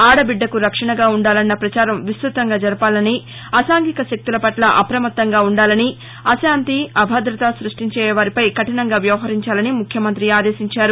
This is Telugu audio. ఆదబిద్దకు రక్షణగా ఉండాలన్న ప్రచారం విస్త్రతంగా జరగాలని అసాంఘిక శక్తులపట్ల అప్రమత్తంగా ఉండాలని అశాంతి అభ్యదత సృష్టించే వారిపై కఠినంగా వ్యవహరించాలని ముఖ్యమంత్రి ఆదేశించారు